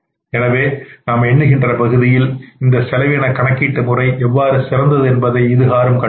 எனவே நாம் எண்ணுகின்ற பகுதியில் இந்த செலவின கணக்கீட்டு முறை எவ்வாறு சிறந்தது என்பதை இதுகாறும் கண்டோம்